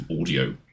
audio